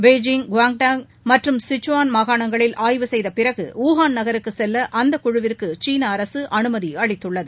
Beijing Guangdong மற்றும் Zhejiang மாகாணங்களில் ஆய்வு செய்த பிறகு வூகாள் நகருக்கு செல்ல அந்தக் குழுவிற்கு சீன அரசு அனுமதி அளித்துள்ளது